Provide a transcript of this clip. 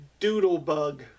Doodlebug